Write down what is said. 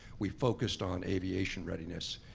we focused on aviation readiness.